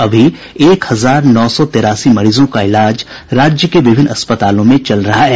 अभी एक हजार नौ सौ तिरासी मरीजों का इलाज राज्य के विभिन्न अस्पतालों में चल रहा है